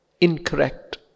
incorrect